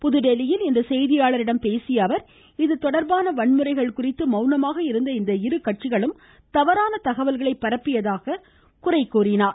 புதுதில்லியில் இன்று செய்தியாளர்களிடம் பேசியஅவர் இதுதொடர்பான வன்முறைகள் குறித்து மவுனமாக இருந்த இவ்விரு கட்சிகளும் தவறான தகவல்களை பரப்பியதாக குற்றம் சாட்டினார்